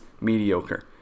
mediocre